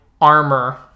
armor